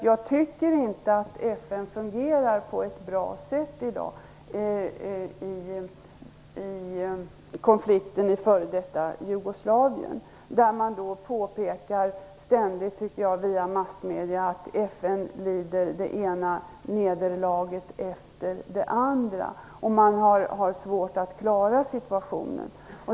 Jag tycker inte att FN i dag fungerar på ett bra sätt i konflikten i f.d. Jugoslavien. Massmedierna påpekar ständigt, tycker jag, att FN lider det ena nederlaget efter det andra och att man har svårt att klara situationen.